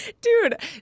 Dude